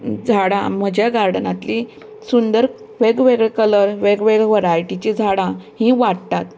झाडां म्हज्या गार्डनांतलीं सुंदर वेग वेगळें कलर वेग वेगळें वरयटीचें झाडां ही वाडटात